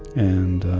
and